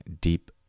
Deep